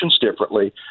differently